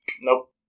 Nope